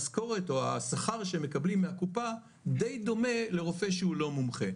השכר שהם מקבלים מהקופה די דומה לרופא שהוא לא מומחה,